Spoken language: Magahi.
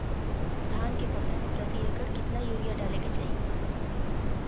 धान के फसल में प्रति एकड़ कितना यूरिया डाले के चाहि?